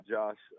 Josh –